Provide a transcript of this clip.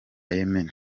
yemen